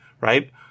right